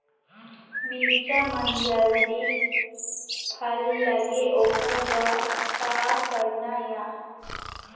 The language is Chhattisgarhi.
मिरचा म जल्दी फल लगे ओकर बर का करना ये?